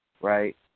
right